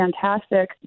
fantastic